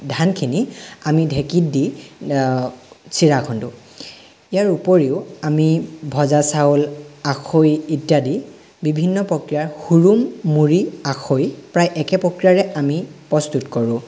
ধানখিনি আমি ঢেঁকীত দি চিৰা খুন্দোঁ ইয়াৰ উপৰিও আমি ভজা চাউল আখৈ ইত্যাদি বিভিন্ন প্ৰক্ৰিয়াৰে হুৰুম মুড়ি আখৈ প্ৰায় একে প্ৰক্ৰিয়াৰে আমি প্ৰস্তুত কৰোঁ